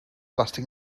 lasting